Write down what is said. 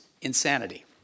Insanity